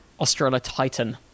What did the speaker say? Australotitan